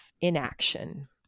inaction